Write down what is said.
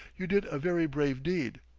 you did a very brave deed.